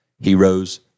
heroes